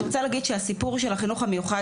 אני רוצה להגיד שהסיפור של החינוך המיוחד